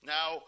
Now